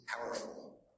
powerful